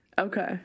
Okay